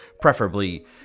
preferably